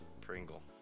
Pringle